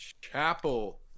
Chapel